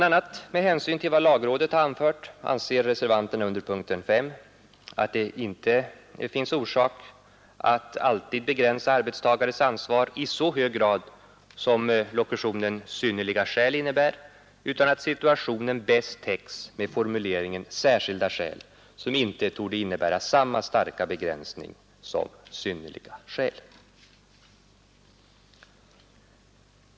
a. med hänsyn till vad lagrådet har anfört anser reservanterna under punkten 5 att det inte finns orsak att alltid begränsa arbetstagares ansvar i så hög grad som lokutionen ”synnerliga skäl” innebär, utan att situationen bäst täcks med formuleringen ”särskilda skäl”, som inte torde innebära samma starka begränsning som ”synnerliga skäl”.